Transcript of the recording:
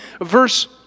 verse